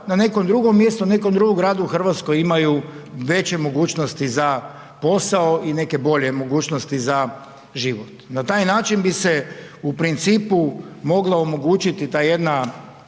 na nekom drugom mjestu, u nekom drugom gradu u RH imaju veće mogućnosti za posao i neke bolje mogućnosti za život. Na taj način bi se u principu moglo omogućiti ta jedna